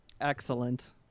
Excellent